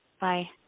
Bye